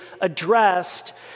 addressed